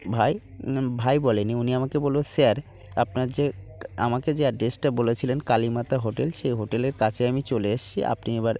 ভাই ভাই বলেনি উনি আমাকে বলল স্যার আপনার যে আমাকে যে অ্যাড্রেসটা বলেছিলেন কালীমাতা হোটেল সেই হোটেলের কাছে আমি চলে এসেছি আপনি এবার